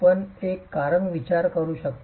आपण का एक कारण विचार करू शकता